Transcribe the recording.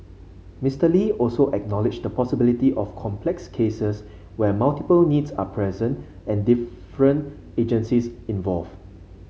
Mister Lee also acknowledged the possibility of complex cases where multiple needs are present and different agencies involved